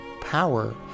power